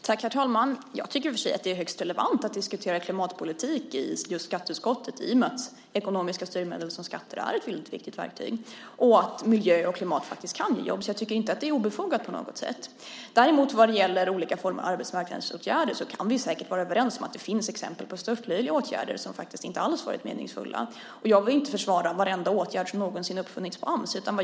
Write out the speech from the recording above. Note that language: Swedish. Herr talman! Jag tycker i och för sig att det är högst relevant att diskutera klimatpolitik i skatteutskottet i och med att ekonomiska styrmedel som till exempel skatter är viktiga verktyg och att miljö och klimat faktiskt kan ge jobb. Det är inte obefogat. Däremot vad gäller olika former av arbetsmarknadsåtgärder kan vi säkert vara överens om att det finns exempel på störtlöjliga åtgärder som inte alls har varit meningsfulla. Jag vill inte försvara varenda åtgärd som någonsin har uppfunnits av Ams.